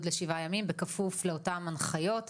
לשבעה ימים בכפוף לאותן הנחיות והוראות.